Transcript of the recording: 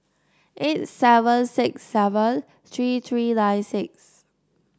eight seven six seven three three nine six